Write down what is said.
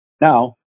Now